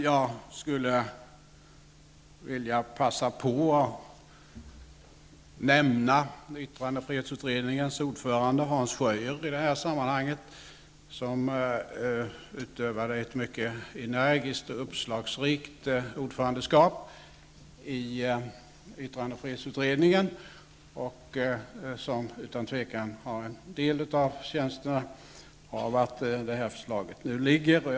Jag vill passa på att nämna yttrandefrihetsutredningens ordförande Hans Schöier i sammanhanget. Han har utövat ett mycket energiskt och uppslagsrikt ordförandeskap i utredningen. Det är utan tvivel till stor del hans förtjänst att förslaget nu har lagts fram.